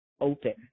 open